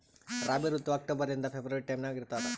ರಾಬಿ ಋತು ಅಕ್ಟೋಬರ್ ಲಿಂದ February time ನಾಗ ಇರ್ತದ